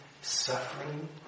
suffering